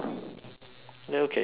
okay let's play a game